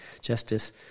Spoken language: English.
Justice